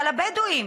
על הבדואים